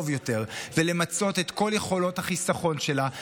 יותר ולמצות את כל יכולות החיסכון שלה,